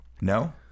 no